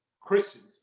Christians